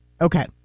Okay